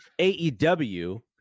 AEW